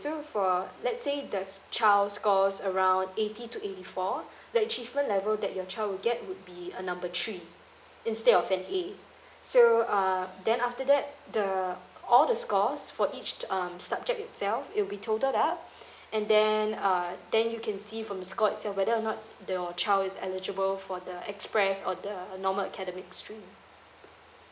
so for let's say this child scores around eighty to eighty four the achievement level that your child will get would be uh number three instead of an A so uh then after that the all the scores for each um subject itself it will be totaled up and then uh then you can see from score itself whether or not your child is eligible for the express or the normal academic stream lah